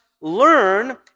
learn